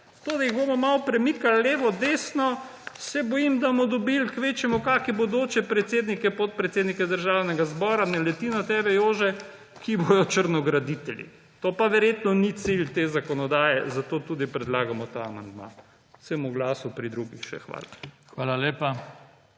jih bomo malo premikali levo, desno, se bojim, da bomo dobil kvečjemu kake bodoče predsednike, podpredsednike Državnega zbora – ne leti na tebe, Jože –, ki bojo črnograditelji. To pa verjetno ni cilj te zakonodaje, zato tudi predlagamo ta amandma. Se bom oglasil še pri drugih, hvala.